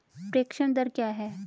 प्रेषण दर क्या है?